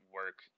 work